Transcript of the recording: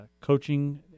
coaching